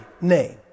name